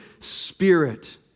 Spirit